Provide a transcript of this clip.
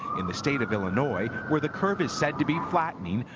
in the state of illinois, where the curve is said to be flattening,